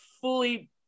fully